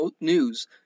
News